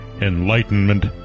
enlightenment